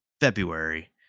February